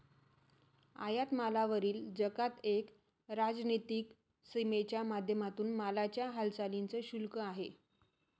आयात मालावरील जकात एक राजनीतिक सीमेच्या माध्यमातून मालाच्या हालचालींच शुल्क आहे